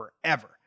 forever